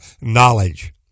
knowledge